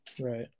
Right